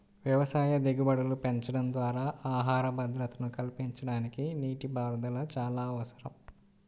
వ్యవసాయ దిగుబడులు పెంచడం ద్వారా ఆహార భద్రతను కల్పించడానికి నీటిపారుదల చాలా అవసరం